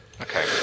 Okay